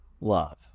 love